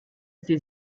sie